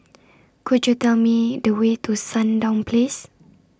Could YOU Tell Me The Way to Sandown Place